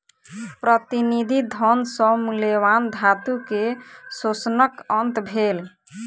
प्रतिनिधि धन सॅ मूल्यवान धातु के शोषणक अंत भेल